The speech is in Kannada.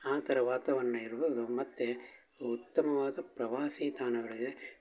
ಆ ಥರ ವಾತಾವರಣ ಇರುವ ಮತ್ತು ಉತ್ತಮವಾದ ಪ್ರವಾಸಿ ತಾಣಗಳಿವೆ